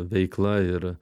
veikla ir